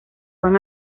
van